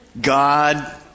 God